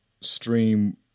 stream